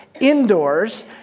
indoors